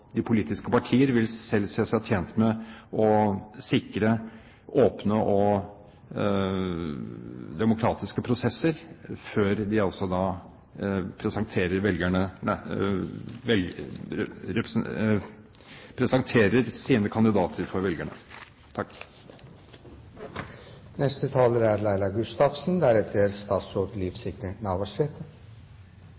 de politiske partier selv vil se seg tjent med å sikre åpne og demokratiske prosesser før de presenterer sine kandidater for velgerne. Det er bred enighet i denne sal om at det er viktig at velgerne